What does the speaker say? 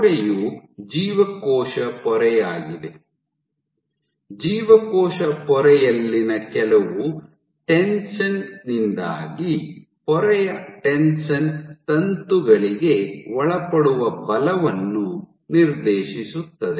ಗೋಡೆಯು ಜೀವಕೋಶ ಪೊರೆಯಾಗಿದೆ ಜೀವಕೋಶ ಪೊರೆಯಲ್ಲಿನ ಕೆಲವು ಟೆನ್ಷನ್ ನಿಂದಾಗಿ ಪೊರೆಯ ಟೆನ್ಷನ್ ತಂತುಗಳಿಗೆ ಒಳಪಡುವ ಬಲವನ್ನು ನಿರ್ದೇಶಿಸುತ್ತದೆ